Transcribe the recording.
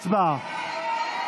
הצבעה.